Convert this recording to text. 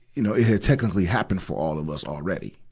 you know, it had technically happened for all of us already.